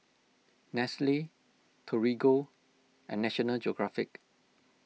Nestle Torigo and National Geographic